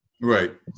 right